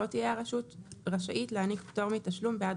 לא תהיה הרשות רשאית להעניק פטור מתשלום בעד